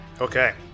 Okay